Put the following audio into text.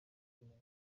kumenya